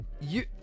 you-